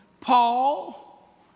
Paul